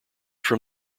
from